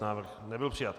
Návrh nebyl přijat.